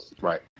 Right